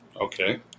Okay